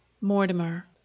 Mortimer